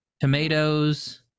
Tomatoes